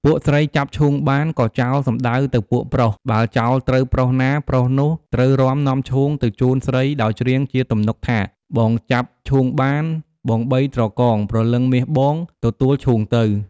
ពួកស្រីចាប់ឈូងបានក៏ចោលសំដៅទៅពួកប្រុស បើចោលត្រូវប្រុសណាប្រុសនោះ ត្រូវរាំនាំឈូងទៅជូនស្រីដោយច្រៀងជាទំនុកថា «បងចាប់ឈូងបាន បងបីត្រកង ព្រលឹងមាសបង ទទួលឈូងទៅ»។